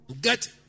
Get